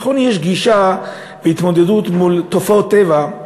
נכון, יש גישה בהתמודדות מול תופעות טבע.